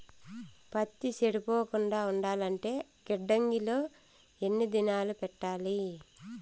పత్తి చెడిపోకుండా ఉండాలంటే గిడ్డంగి లో ఎన్ని దినాలు పెట్టాలి?